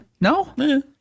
No